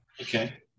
Okay